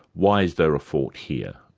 why is there a fort here?